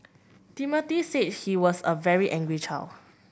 Timothy said he was a very angry child